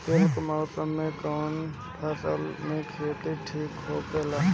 शुष्क मौसम में कउन फसल के खेती ठीक होखेला?